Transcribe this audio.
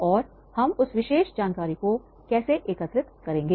और हम उस विशेष जानकारी को कैसे एकत्र करेंगे